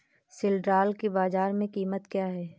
सिल्ड्राल की बाजार में कीमत क्या है?